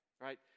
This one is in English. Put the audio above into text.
Right